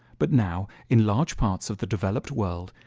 but now in large parts of the developed world,